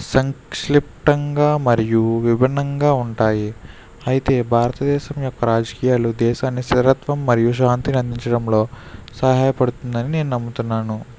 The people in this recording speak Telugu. సంక్షిప్తంగా మరియు విభిన్నంగా ఉంటాయి అయితే భారతదేశం యొక్క రాజకీయాలు దేశాన్ని స్థిరత్వం మరియు శాంతిని అందించడంలో సహాయపడుతుంది అని నేను నమ్ముతున్నాను